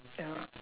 ya